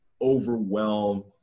overwhelm